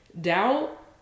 doubt